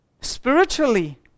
spiritually